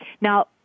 Now